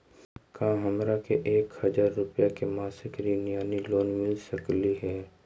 का हमरा के एक हजार रुपया के मासिक ऋण यानी लोन मिल सकली हे?